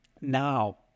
now